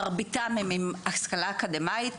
מרביתם עם השכלה אקדמאית,